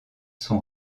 sont